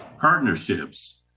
partnerships